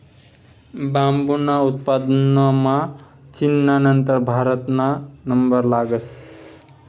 बांबूना उत्पादनमा चीनना नंतर भारतना नंबर लागस